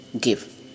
give